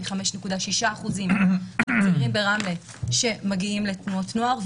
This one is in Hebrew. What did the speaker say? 5.6% מהצעירים ברמלה מגיעים לתנועות נוער,